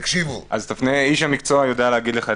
בבקשה, איש המקצוע.